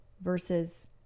versus